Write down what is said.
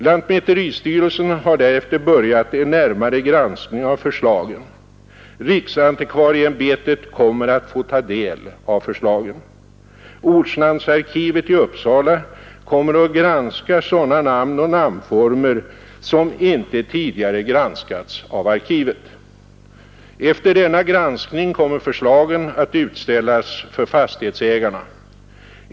Lantmäteristyrelsen har därefter börjat en närmare granskning av förslagen. Riksantikvarieimbetet kommer att få ta del av förslagen. Ortnamnsarkivet i Uppsala kommer att granska sådana namn och namnformer som inte tidigare granskats av arkivet. Efter denna granskning kommer förslagen att utställas för fastighetsägarna.